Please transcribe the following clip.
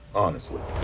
honestly?